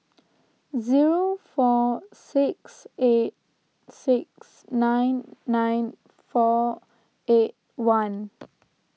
four six eight six nine nine four eight one